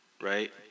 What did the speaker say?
right